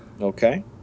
Okay